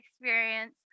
experience